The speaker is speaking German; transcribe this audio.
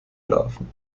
larven